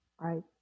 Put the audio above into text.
Right